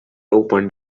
opened